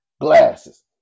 glasses